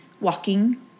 walking